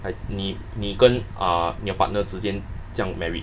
like 你你跟 uh 你的 partner 直接这样 married